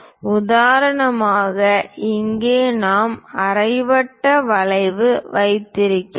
உதாரணமாக இங்கே நாம் அரை வட்ட வளைவு வைத்திருக்கிறோம்